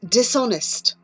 dishonest